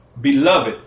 Beloved